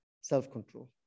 self-control